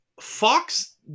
Fox